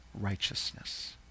righteousness